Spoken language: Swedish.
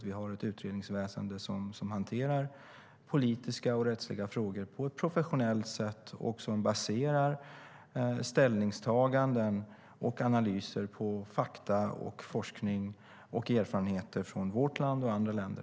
Vi har ett utredningsväsen som hanterar politiska och rättsliga frågor på ett professionellt sätt och som baserar ställningstaganden och analyser på fakta, forskning och erfarenheter från vårt land och andra länder.